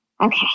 Okay